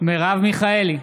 מרב מיכאלי,